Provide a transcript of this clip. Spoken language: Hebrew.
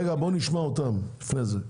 רגע, בוא נשמע אותם לפני זה.